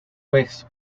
vez